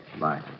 bye